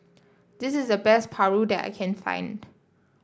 this is the best Paru that I can find